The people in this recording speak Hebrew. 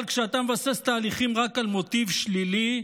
אבל כשאתה מבסס תהליכים רק על מוטיב שלילי,